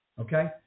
Okay